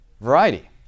variety